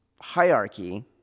hierarchy